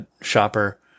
shopper